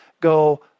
go